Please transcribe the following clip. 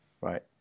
right